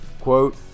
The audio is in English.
Quote